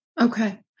Okay